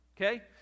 Okay